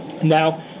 Now